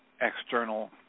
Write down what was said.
external